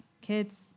kids